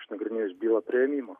išnagrinėjus bylą priėmimo